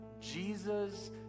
Jesus